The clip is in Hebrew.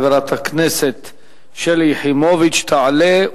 חברת הכנסת שלי יחימוביץ תעלה,